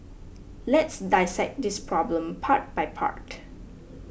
let's dissect this problem part by part